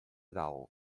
dalt